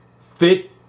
fit